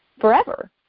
forever